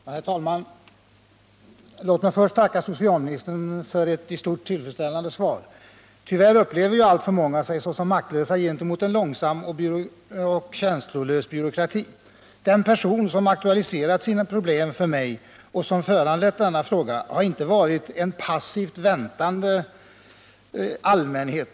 Herr talman! Låt mig först tacka socialministern för ett i stort sett tillfredsställande svar. Tyvärr upplever alltför många sig såsom maktlösa gentemot en långsam och känslolös byråkrati. Den person som aktualiserat sina problem för mig och som föranlett denna fråga har inte varit en passivt väntande person.